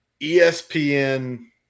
ESPN